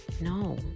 No